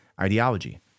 ideology